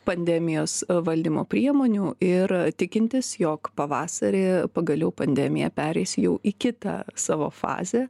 pandemijos valdymo priemonių ir tikintis jog pavasarį pagaliau pandemija pereis jau į kitą savo fazę